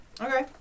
Okay